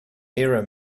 error